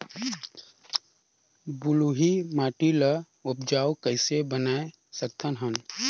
बलुही माटी ल उपजाऊ कइसे बनाय सकत हन?